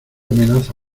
amenaza